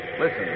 Listen